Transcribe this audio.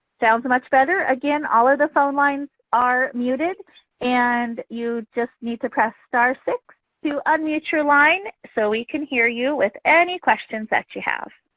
sounds much better. again, all of the phone lines are muted and you just need to press star six to unmute your line so we can hear you with any questions that you have.